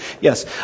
Yes